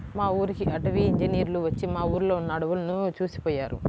మా ఊరికి అటవీ ఇంజినీర్లు వచ్చి మా ఊర్లో ఉన్న అడువులను చూసిపొయ్యారు